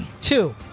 Two